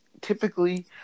Typically